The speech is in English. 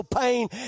pain